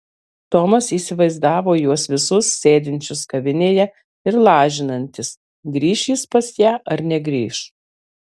tomas įsivaizdavo juos visus sėdinčius kavinėje ir lažinantis grįš jis pas ją ar negrįš